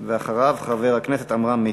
ואחריו, חבר הכנסת עמרם מצנע.